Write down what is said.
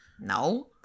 No